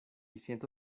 ciento